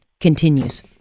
continues